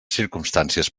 circumstàncies